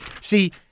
see